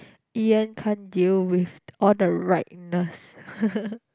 Ian can't deal with all the rightness